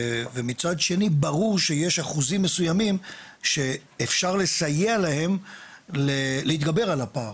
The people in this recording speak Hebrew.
ומצד שני ברור שיש אחוזים מסוימים שאפשר לסייע להם להתגבר על הפער.